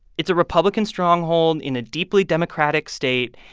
it's a republican stronghold in a deeply democratic state.